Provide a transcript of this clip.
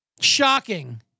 Shocking